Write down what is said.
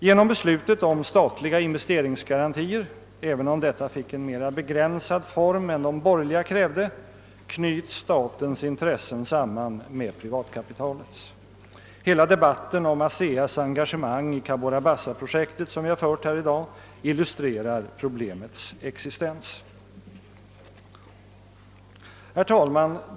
Genom beslutet om statliga investeringsgarantier — även om detta fick en mera begränsad form än de borgerliga krävde — knyts statens intressen samman med privatkapitalets. Hela debatten om ASEA:s engagemang i Cabora Bassa-projektet illustrerar problemets existens.